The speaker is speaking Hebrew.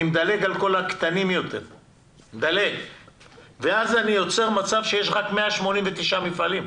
אני מדלג על כל הקטנים יותר ואז אני יוצא מצב שיש רק 189 מפעלים.